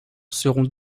seront